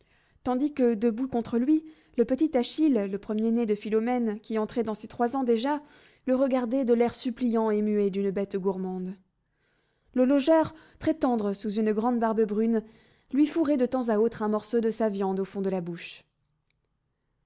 tandis que debout contre lui le petit achille le premier-né de philomène qui entrait dans ses trois ans déjà le regardait de l'air suppliant et muet d'une bête gourmande le logeur très tendre sous une grande barbe brune lui fourrait de temps à autre un morceau de sa viande au fond de la bouche